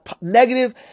negative